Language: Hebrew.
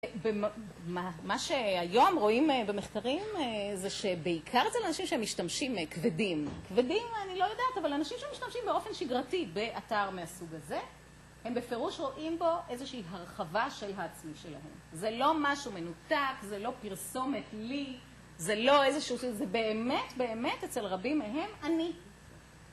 מה שהיום רואים במחקרים זה שבעיקר זה לאנשים שהם משתמשים כבדים, כבדים אני לא יודעת, אבל אנשים שמשתמשים באופן שגרתי באתר מהסוג הזה, הם בפירוש רואים בו איזושהי הרחבה של העצמי שלהם. זה לא משהו מנותק, זה לא פרסומת לי זה לא איזה שהוא... זה באמת באמת אצל רבים מהם אני